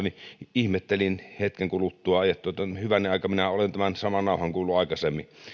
ihmettelin hetken kuluttua ajettuani että hyvänen aika minä olen tämän saman nauhan kuullut aikaisemmin